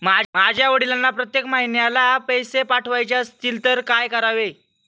माझ्या वडिलांना प्रत्येक महिन्याला पैसे पाठवायचे असतील तर काय करावे?